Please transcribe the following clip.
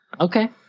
Okay